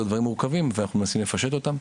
דברים מורכבים ואנחנו מנסים לפשט אותם.